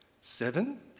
Seven